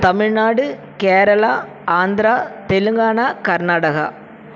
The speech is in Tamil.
தமிழ்நாடு கேரளா ஆந்திரா தெலுங்கானா கர்நாடகா